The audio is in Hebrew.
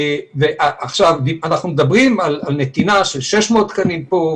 אנחנו מדברים על נתינה של 600 תקנים פה,